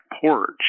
porch